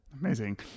Amazing